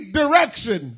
direction